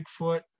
bigfoot